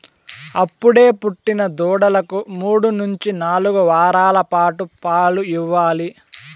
అప్పుడే పుట్టిన దూడలకు మూడు నుంచి నాలుగు వారాల పాటు పాలు ఇవ్వాలి